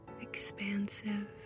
expansive